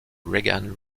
regan